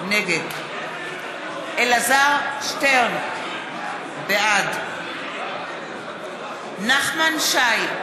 נגד אלעזר שטרן, בעד נחמן שי,